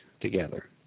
together